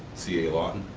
ca laughton,